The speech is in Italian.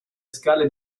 scale